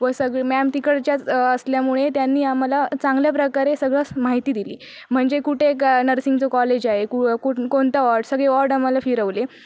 व सगळी मॅम तिकडच्याच असल्यामुळे त्यांनी आम्हाला चांगल्या प्रकारे सगळं माहिती दिली म्हणजे कुठे ग नर्सिंगचं कॉलेज आहे कु कु कोणता वार्डस सगळे वार्ड आम्हाला फिरवले